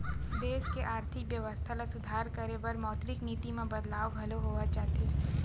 देस के आरथिक बेवस्था ल सुधार करे बर मौद्रिक नीति म बदलाव घलो होवत जाथे